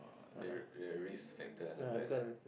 there there're risk factor something like that